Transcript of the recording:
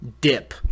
dip